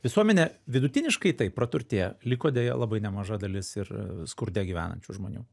visuomenė vidutiniškai taip praturtėjo liko deja labai nemaža dalis ir skurde gyvenančių žmonių